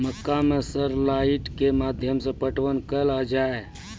मक्का मैं सर लाइट के माध्यम से पटवन कल आ जाए?